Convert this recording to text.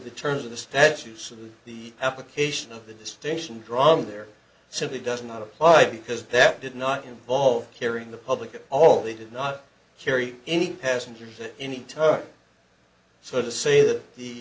the terms of the statues the application of the distinction drawn there simply does not apply because that did not involve carrying the public at all they did not carry any passengers at any time so to say that the